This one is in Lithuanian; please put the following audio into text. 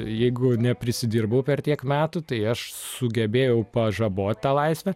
jeigu ne prisidirbau per tiek metų tai aš sugebėjau pažabot tą laisvę